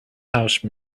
house